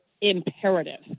imperative